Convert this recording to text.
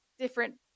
Different